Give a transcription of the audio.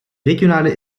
regionale